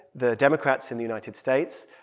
the democrats in the united states,